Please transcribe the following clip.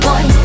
Boy